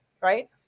right